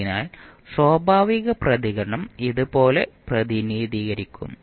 അതിനാൽ സ്വാഭാവിക പ്രതികരണം ഇതുപോലെ പ്രതിനിധീകരിക്കും